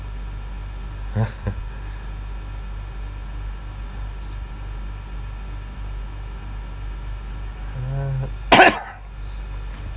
uh